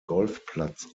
golfplatz